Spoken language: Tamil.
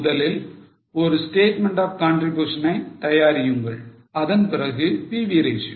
முதலில் ஒரு statement of contribution ஐ தயாரியுங்கள் அதன் பிறகு PV ratio